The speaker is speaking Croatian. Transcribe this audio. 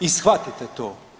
I shvatite to.